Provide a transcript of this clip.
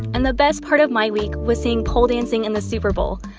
and the best part of my week was seeing pole dancing in the super bowl.